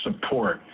support